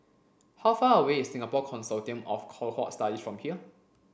how far away is Singapore Consortium of Cohort Studies from here